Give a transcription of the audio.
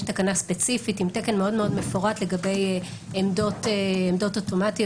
יש תקנה ספציפית עם תקן מאוד מפורט לגבי עמדות אוטומטיות,